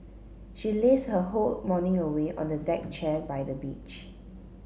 she lazed her whole morning away on a deck chair by the beach